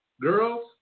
Girls